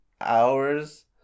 hours